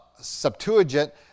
Septuagint